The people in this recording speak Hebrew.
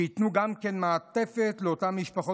שייתנו גם כן מעטפת ילדים לאותן משפחות